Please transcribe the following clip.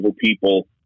people